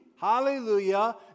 hallelujah